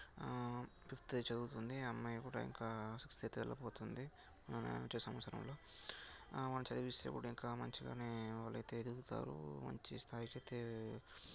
ఫిఫ్తే చదువుతుంది ఆ అమ్మాయి కూడా ఇంకా సిక్స్త్ అయితే వెళ్ళబోతుంది వచ్చే సంవత్సరంలో వాళ్ళని చదివిస్తే కూడా ఇంకా మంచిగానే వాళ్ళైతే ఎదుగుతారు మంచి స్థాయికైతే